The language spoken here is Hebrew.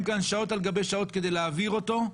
כאן שעות על גבי שעות כדי להעביר אותו,